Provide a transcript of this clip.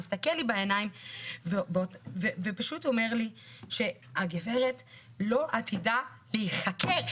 מסתכל לי בעיניים ופשוט אומר לי ש'הגברת לא עתידה להיחקר'.